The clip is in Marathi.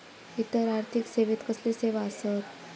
इतर आर्थिक सेवेत कसले सेवा आसत?